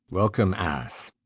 welcome, ass.